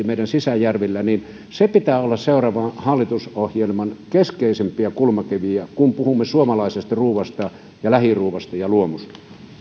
meidän sisäjärvillämme pitää olla seuraavan hallitusohjelman keskeisimpiä kulmakiviä kun puhumme suomalaisesta ruuasta ja lähiruuasta ja luomusta